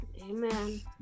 Amen